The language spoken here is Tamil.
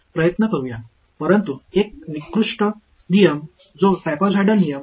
உங்கள் h இன் இடைவெளி 1 க்கு சமம்